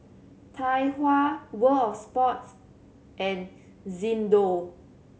Tai Hua World Sports and Xndo